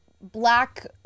black